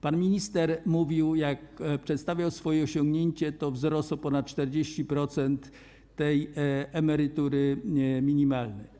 Pan minister mówił - jak przedstawiał swoje osiągnięcia - o wzroście o ponad 40% emerytury minimalnej.